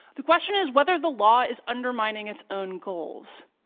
the question is whether the law is undermining its own goals.